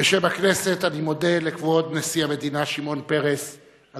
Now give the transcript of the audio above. בשם הכנסת אני מודה לכבוד נשיא המדינה שמעון פרס על